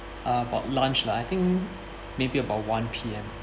uh about lunch lah I think maybe about one P_M